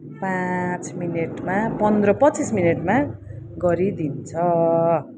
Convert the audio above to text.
पाँच मिनटमा पन्ध्र पच्चिस मिनटमा गरिदिन्छ